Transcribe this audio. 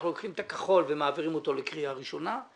לוקחים את הנוסח הכחול ומעבירים אותו לקריאה ראשונה?